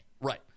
Right